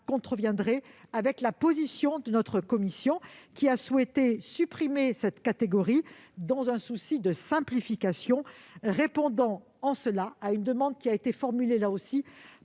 contreviendrait à la position de notre commission, qui a souhaité supprimer cette catégorie dans un souci de simplification- nous avons répondu en cela à une demande formulée là aussi